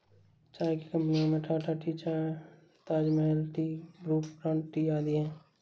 चाय की कंपनियों में Tata tea, Taj Mahal tea, Brooke Bond tea आदि है